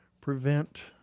prevent